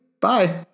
Bye